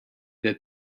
that